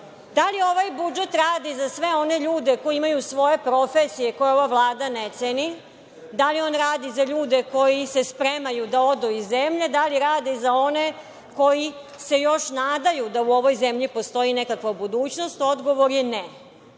Da li ovaj budžet radi za sve one ljudi koji imaju svoje profesije koje ova Vlada ne ceni? Da li on radi za ljude koji se spremaju da odu iz zemlje? Da li radi za one koji se još nadaju da u ovoj zemlji postoji nekakva budućnost? Odgovor je –